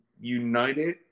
united